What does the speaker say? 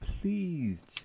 please